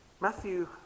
Matthew